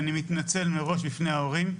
אני מתנצל מראש בפני ההורים,